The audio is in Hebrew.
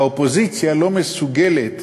האופוזיציה לא מסוגלת